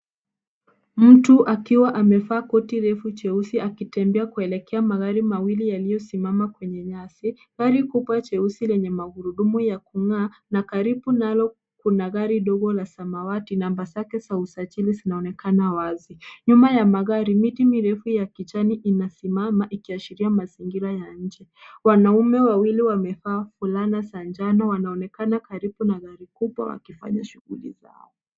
Mtu akiwa amevaa koti refu jeusi akitembea kuelekea magari mawili yaliyo simama kwenye nyasi. Gari kubwa jeusi lenye magurudumu ya kung'aa na karibu nalo kuna gari dogo la samawati. Namba zake za usajili zinaonekana wazi. Nyuma ya magari miti mirefu ya kijani inasimama ikiashiria mazingira ya nje. Wanaume wawili wamevaa fulana za njano wanaonekana karibu na gari kubwa wakifanya shughuli zao.